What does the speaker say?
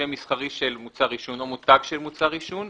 שם מסחרי של מוצר עישון או מותג של מוצר עישון,